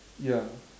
ya